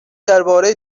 درباره